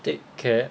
take cab